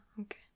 Okay